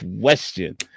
question